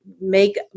make